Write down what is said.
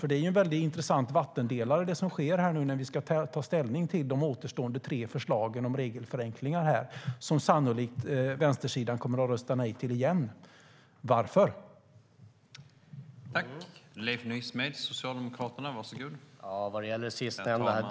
Det som nu sker när vi ska ta ställning till de återstående tre förslagen om regelförenklingar är en intressant vattendelare. Vänstersidan kommer sannolikt att rösta nej igen - varför?